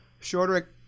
shorter